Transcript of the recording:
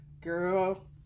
girl